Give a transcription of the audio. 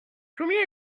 combien